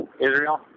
Israel